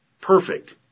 perfect